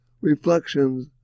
reflections